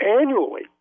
Annually